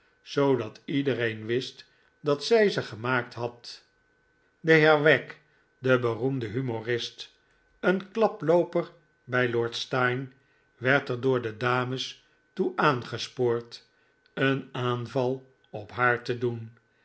zoodat iedereen wist dat zij ze gemaakt had de heer wagg de beroemde humorist een klaplooper bij lord steyne werd er door de dames toe aangespoord een aanval op haar te doen